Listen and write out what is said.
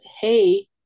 hey